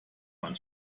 man